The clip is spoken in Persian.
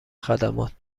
خدمات